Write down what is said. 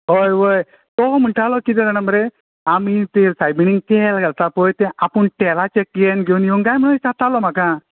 हय व्हय तो म्हणटाले कितें जाणां मरे आमी ते सायबिणीक तेल घालतां ते आपूण तेलाचे केन घेवन येवं कांय म्हूण विचारतालो म्हाका